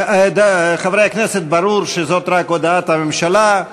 חברי הכנסת, ברור שזאת רק הודעת הממשלה.